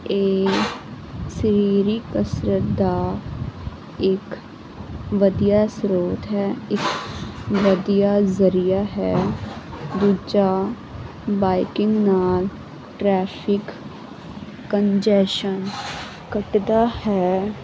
ਇਹ ਸ਼ਰੀਰਿਕ ਕਸਰਤ ਦਾ ਇੱਕ ਵਧੀਆ ਸਰੋਤ ਹੈ ਇੱਕ ਵਧੀਆ ਜਰੀਆ ਹੈ ਦੂਜਾ ਬਾਈਕਿੰਗ ਨਾਲ ਟਰੈਫਿਕ ਕੰਜੈਸ਼ਨ ਕੱਟਦਾ ਹੈ